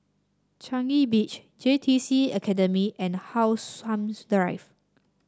Changi Beach J T C Academy and How Sun Drive